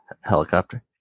helicopter